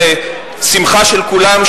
זו שמחה של כולם,